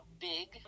big